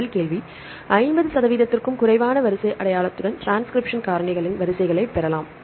முதல் கேள்வி 50 சதவீதத்திற்கும் குறைவான வரிசை அடையாளத்துடன் டிரான்ஸ்கிரிப்ஷன் காரணிகளின் வரிசைகளைப் பெறலாம்